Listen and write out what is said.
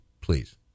please